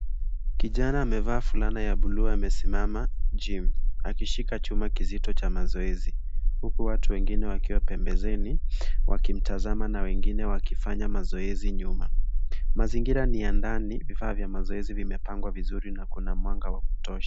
Kijana amevaa fulana ya buluu amesimama gym akishika chuma kizito cha mazoezi huku watu wengine wakiwa pembezeni wakimtazama na wengine wakifanya mazoezi nyuma. Mazingira ni ya ndani, vifaa vya mazoezi vimepangwa vizuri na kuna mwanga wa kutosha.